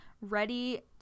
ready